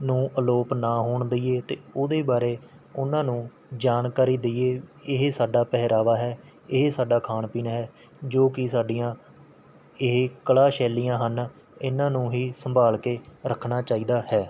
ਨੂੰ ਅਲੋਪ ਨਾ ਹੋਣ ਦੇਈਏ ਅਤੇ ਉਹਦੇ ਬਾਰੇ ਉਹਨਾਂ ਨੂੰ ਜਾਣਕਾਰੀ ਦੇਈਏ ਇਹ ਸਾਡਾ ਪਹਿਰਾਵਾ ਹੈ ਇਹ ਸਾਡਾ ਖਾਣ ਪੀਣ ਹੈ ਜੋ ਕਿ ਸਾਡੀਆਂ ਇਹ ਕਲਾ ਸ਼ੈਲੀਆਂ ਹਨ ਇਹਨਾਂ ਨੂੰ ਹੀ ਸੰਭਾਲ ਕੇ ਰੱਖਣਾ ਚਾਹੀਦਾ ਹੈ